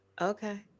Okay